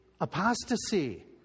apostasy